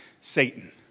Satan